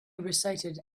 recited